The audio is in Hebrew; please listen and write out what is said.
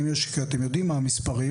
כי אתם יודעים מה המספרים,